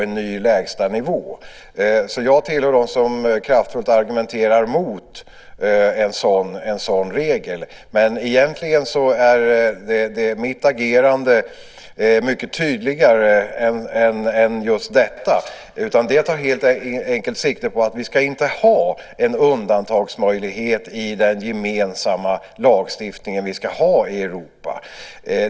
Jag tillhör alltså dem som kraftfullt argumenterar emot en sådan regel, men egentligen är mitt agerande mycket tydligare än just detta. Det tar helt enkelt sikte på att vi inte ska ha en undantagsmöjlighet i den gemensamma lagstiftning vi ska ha i Europa.